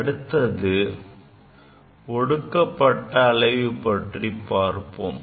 அடுத்தது ஒடுக்கப்பட்ட அலைவு பற்றி பார்ப்போம்